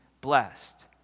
blessed